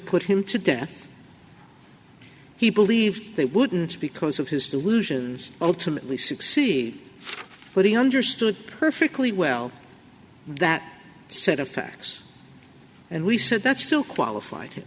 put him to death he believed they wouldn't because of his delusions ultimately succeed but he understood perfectly well that set of facts and we said that's still qualified